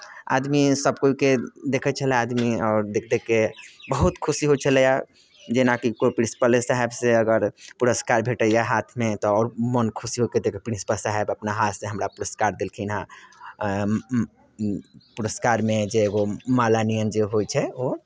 आदमी सभकेओके देखै छलैए आदमी आओर देखि देखि कऽ बहुत खुशी होइ छलैए जेनाकि कोइ प्रिंसिपले साहेबसँ अगर पुरस्कार भेटैए हाथमे तऽ आओर मोन खुशी हो कऽ देखय प्रिंसिपल साहेब अपना हाथसँ हमरा पुरस्कार देलखिन हेँ पुरस्कारमे जे एगो माल्यर्पण जे होइ छै ओ